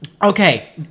Okay